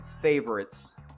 favorites